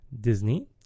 Disney